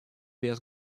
без